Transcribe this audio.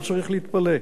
לא צריך להתפלא.